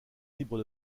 libres